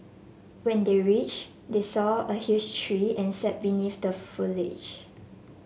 when they reach they saw a huge tree and sat beneath the foliage